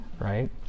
right